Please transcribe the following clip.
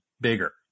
bigger